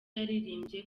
yaririmbye